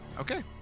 Okay